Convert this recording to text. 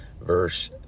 verse